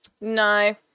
No